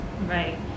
Right